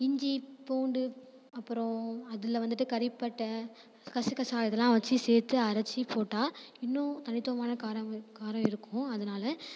இஞ்சி பூண்டு அப்புறம் அதில் வந்துட்டு கறிபட்டை கசகசா இதெலாம் வச்சு சேர்த்து அரைத்து போட்டால் இன்னும் தனித்துவமான காரம் காரம் இருக்கும் அதனால